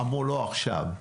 אמרו: לא, עכשיו.